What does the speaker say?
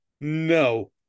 No